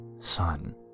son